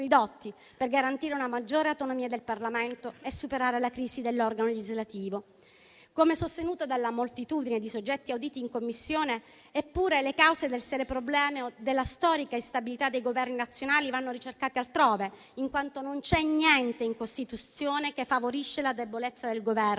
per garantire una maggiore autonomia del Parlamento e superare la crisi dell'organo legislativo, come sostenuto dalla moltitudine di soggetti auditi in Commissione. Eppure, le cause della storica instabilità dei Governi nazionali vanno ricercate altrove, in quanto non c'è niente in Costituzione che favorisca la debolezza del Governo